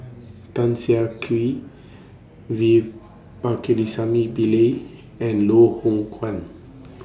Tan Siah Kwee V Pakirisamy Pillai and Loh Hoong Kwan